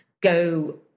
go